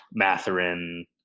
Matherin